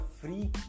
free